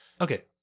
Okay